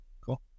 cool